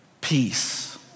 peace